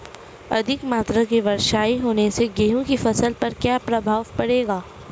अधिक मात्रा की वर्षा होने से गेहूँ की फसल पर क्या प्रभाव पड़ेगा?